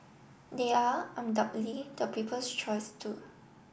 they are undoubtedly the people's choice too